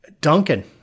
Duncan